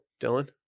Dylan